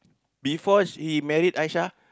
before he married Aishah